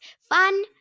Fun